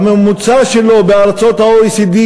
הממוצע שלו בארצות ה-OECD,